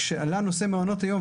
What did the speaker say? כשעלה נושא מעונות היום,